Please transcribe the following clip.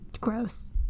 gross